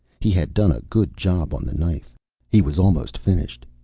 he had done a good job on the knife he was almost finished.